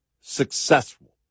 successful